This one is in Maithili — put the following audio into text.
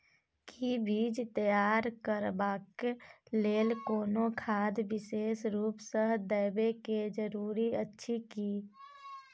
कि बीज तैयार करबाक लेल कोनो खाद विशेष रूप स देबै के जरूरी अछि की?